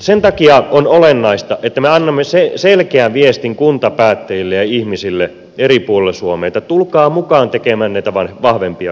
sen takia on olennaista että me annamme selkeän viestin kuntapäättäjille ja ihmisille eri puolilla suomea että tulkaa mukaan tekemään näitä vahvempia kuntia